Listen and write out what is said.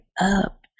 up